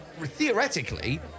Theoretically